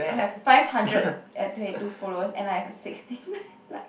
I have five hundred and twenty two followers and I have a sixteen like